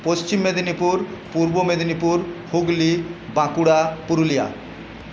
Paschim Medinipur Purba Medinipur Hooghly Bankura Purulia